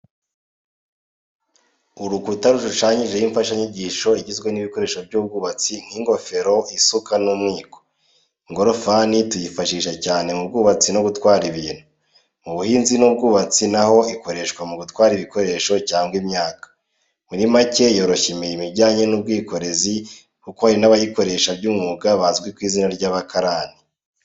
Urukuta rushushanyijeho imfashanyigisho igizwe n'ibikoresho by'ubwubatsi nk'ingorofani, isuka n'umwiko. Ingorofani turayifashisha, cyane mu bwubatsi no gutwara ibintu. Mu buhinzi n’ubwubatsi naho ikoreshwa mu gutwara ibikoresho cyangwa imyaka. Muri macye yoroshya imirimo ijyanye n’ubwikorezi kuko hari n’abayikoresha by’umwuga bazwi ku izina ry’abakarani.